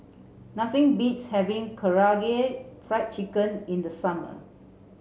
nothing beats having Karaage Fried Chicken in the summer